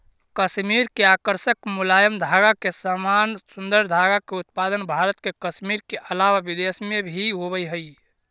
कश्मीर के आकर्षक मुलायम धागा के समान सुन्दर धागा के उत्पादन भारत के कश्मीर के अलावा विदेश में भी होवऽ हई